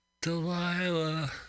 Delilah